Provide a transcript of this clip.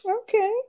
okay